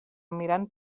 mirant